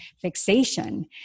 fixation